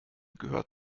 gehört